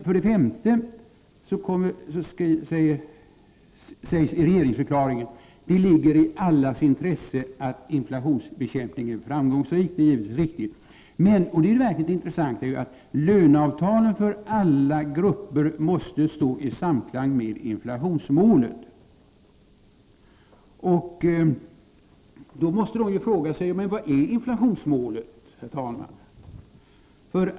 För det femte sägs det i regeringsförklaringen: ”Det ligger i allas intresse att inflationsbekämpningen blir framgångsrik.” Det är givetvis riktigt, men nästa mening — och det är det verkligt intressanta — lyder: ”Löneavtalen för alla grupper måste stå i samklang med inflationsmålet.” De berörda måste då, herr talman, fråga sig: Vad är inflationsmålet?